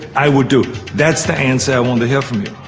i will do. that's the answer i want to hear from you.